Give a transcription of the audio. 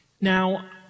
Now